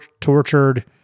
tortured